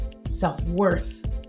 self-worth